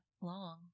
long